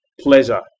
pleasure